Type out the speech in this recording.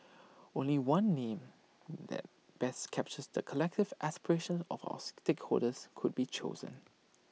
only one name that best captures the collective aspirations of our stakeholders could be chosen